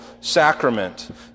sacrament